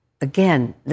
again